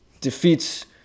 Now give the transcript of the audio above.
defeats